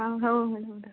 ହଉ ହଉ ମ୍ୟାଡ଼ାମ ରଖ